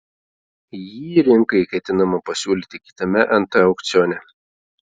jį rinkai ketinama pasiūlyti kitame nt aukcione